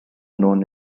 known